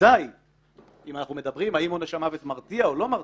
אם אנחנו מדברים האם עונש המוות מרתיע או לא מרתיע,